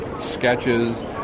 sketches